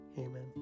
Amen